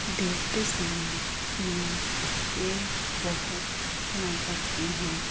ਦੇਖਦੇ ਸਮੇਂ ਮੈਂ ਇਹ ਬਹੁਤ ਧਿਆਨ ਰੱਖਦੀ ਹਾਂ